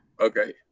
Okay